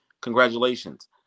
Congratulations